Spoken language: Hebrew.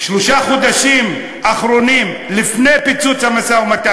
שלושה חודשים אחרונים לפני פיצוץ המשא-ומתן,